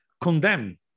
condemn